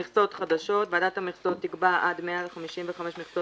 "מכסות חדשות ועדת המכסות תקבע עד 155 מכסות